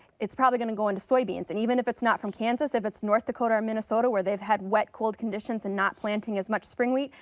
probably going to go into soybeans. and even if it's not from kansas, if it's north dakota or minnesota where they've had wet, cold conditions and not planting as much spring wheat,